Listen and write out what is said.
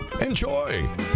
enjoy